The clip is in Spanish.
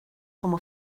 como